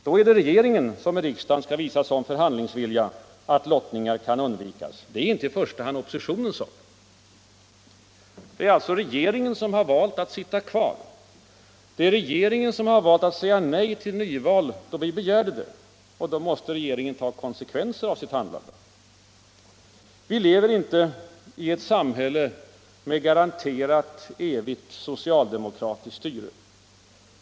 Då är det regeringen som i riksdagen skall visa sådan förhandlingsvilja att lottningar kan undvikas. Det är inte i första hand oppositionens sak. Det är alltså regeringen som har valt att sitta kvar. Det är regeringen som har valt att säga nej till nyval då vi begärde det. Då måste regeringen ta konsekvenserna av sitt handlande. Vi lever inte i ett samhälle med garanterat evigt socialdemokratiskt styre.